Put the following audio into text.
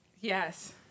Yes